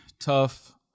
tough